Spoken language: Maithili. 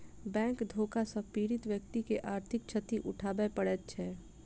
बैंक धोखा सॅ पीड़ित व्यक्ति के आर्थिक क्षति उठाबय पड़ैत छै